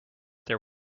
there